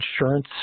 insurance